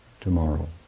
tomorrow